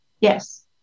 Yes